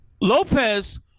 Lopez